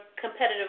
competitive